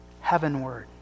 heavenward